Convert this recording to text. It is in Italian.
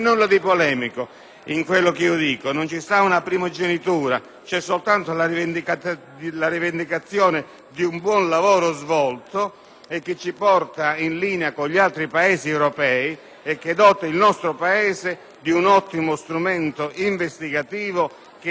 non c'è una primogenitura, c'è soltanto la rivendicazione del buon lavoro svolto, che ci mette in linea con gli altri Stati europei e che dota il nostro Paese di un ottimo strumento investigativo. Ovviamente